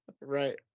Right